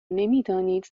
نمیدانید